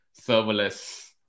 serverless